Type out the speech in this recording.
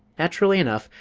naturally enough,